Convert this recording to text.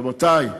רבותי,